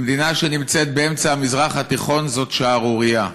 במדינה שנמצאת באמצע המזרח התיכון זאת שערורייה.